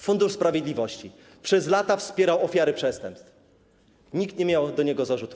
Fundusz Sprawiedliwości - przez lata wspierał ofiary przestępstw, nikt nie miał do niego zarzutów.